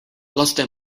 laste